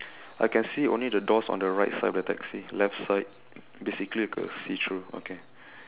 I can see only the doors on the right side of the taxi left side basically like a see through okay